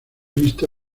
lista